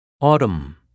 Autumn